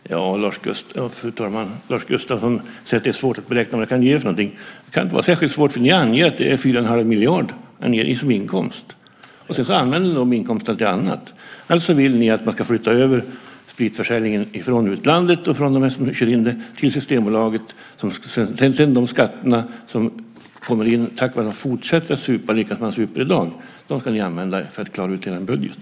Fru talman! Lars Gustafsson säger att det är svårt att göra beräkningar. Men det kan inte vara särskilt svårt eftersom ni anger 4 1⁄2 miljarder i inkomster. Sedan använder ni inkomsterna till annat. Alltså vill ni att spritförsäljningen ska flyttas över från utlandet till Systembolaget. Sedan ska skatterna som kommer in, tack vare ett fortsatt supande, användas för att klara ut er budget.